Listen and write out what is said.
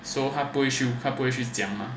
so 他不会他不会去讲 mah